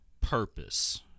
purpose